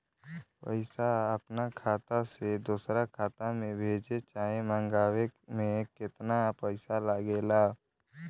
पैसा अपना खाता से दोसरा खाता मे भेजे चाहे मंगवावे में केतना पैसा लागेला?